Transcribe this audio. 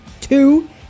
two